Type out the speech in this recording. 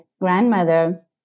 grandmother